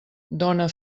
dóna